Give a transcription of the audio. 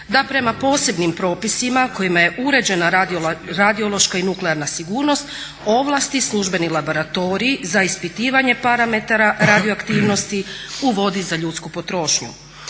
da prema posebnim propisima kojima je uređena radiološka i nuklearna sigurnost ovlasti službeni laboratorij za ispitivanje parametara radioaktivnosti u vodi za ljudsku potrošnju.